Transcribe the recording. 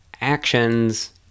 actions